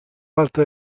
parte